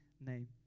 name